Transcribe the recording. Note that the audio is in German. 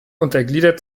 untergliedert